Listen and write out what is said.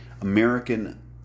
American